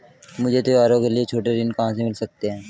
मुझे त्योहारों के लिए छोटे ऋण कहां से मिल सकते हैं?